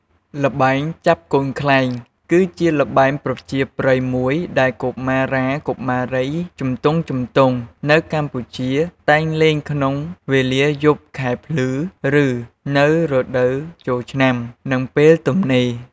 ល្បែងចាប់កូនខ្លែង គឺជាល្បែងប្រជាប្រិយមួយដែលកុមារាកុមារីជំទង់ៗនៅកម្ពុជា តែងលេងក្នុងវេលាយប់ខែភ្លឺ ឬនៅរដូវចូលឆ្នាំ និងពេលទំនេរ។